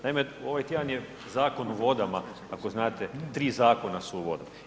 Naime, ovaj tjedan je Zakon o vodama ako znate tri zakona su vode.